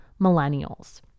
millennials